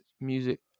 music